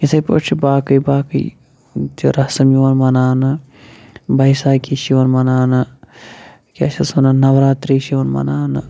یِتھے پٲٹھۍ چھِ باقٕے باقٕے تہِ رسم یِوَان مناونہٕ بیساکھی چھِ یِوان مَناونہٕ کیٛاہ چھِا وَنان نووراتری چھِ یِوَان مَناونہٕ